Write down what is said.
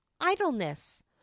idleness